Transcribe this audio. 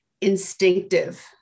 instinctive